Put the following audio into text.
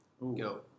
Go